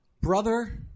brother